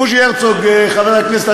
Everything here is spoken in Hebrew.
בוז'י הרצוג חבר הכנסת,